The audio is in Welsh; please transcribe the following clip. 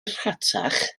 rhatach